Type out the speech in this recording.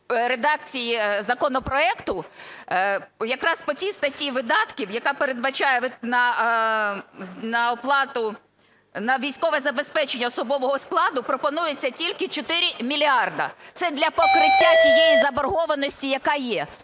редакції законопроекту якраз по цій статті видатків, яка передбачає на оплату... на військове забезпечення особового складу, пропонується тільки 4 мільярди, це для покриття тієї заборгованості, яка є.